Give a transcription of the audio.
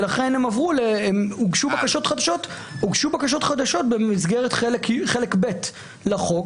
ולכן הוגשו בקשות חדשות במסגרת חלק ב' לחוק,